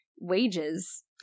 wages